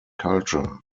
culture